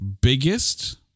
biggest